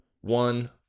one